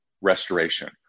restoration